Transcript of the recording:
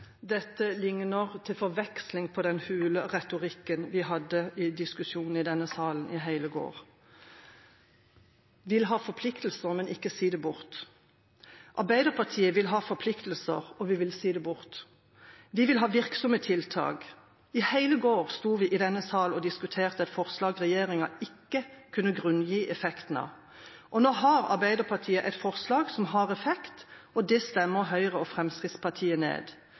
Dette ligner til forveksling på den hule retorikken vi hadde i diskusjonen i denne salen i hele går. Man vil ha forpliktelser, men ikke si det bort. Arbeiderpartiet vil ha forpliktelser, og vi vil si det bort. Vi vil ha virksomme tiltak. I hele går sto vi i denne salen og diskuterte et forslag regjeringa ikke kunne grunngi effekten av. Nå har Arbeiderpartiet et forslag som har effekt, og det stemmer Høyre og Fremskrittspartiet ned